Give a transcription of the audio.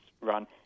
run